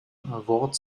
wort